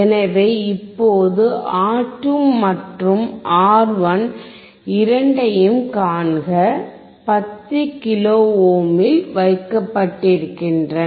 எனவே இப்போது R2 மற்றும் R1 இரண்டையும் காண்க 10 கிலோ ஓமில் வைக்கப்படுகின்றன